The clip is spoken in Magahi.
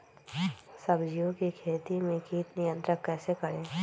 सब्जियों की खेती में कीट नियंत्रण कैसे करें?